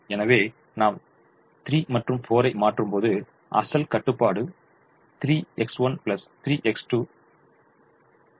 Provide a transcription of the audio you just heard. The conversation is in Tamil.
எனவே நாம் 3 மற்றும் 4 ஐ மாற்றும்போது அசல் கட்டுப்பாடு 3X1 3X2 ≤ 21 ஆக இருந்தது